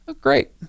great